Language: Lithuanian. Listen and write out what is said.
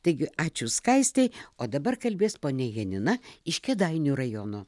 taigi ačiū skaistei o dabar kalbės ponia janina iš kėdainių rajono